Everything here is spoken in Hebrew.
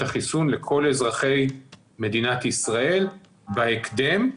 החיסון לכל אזרחי מדינת ישראל בהקדם.